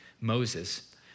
Moses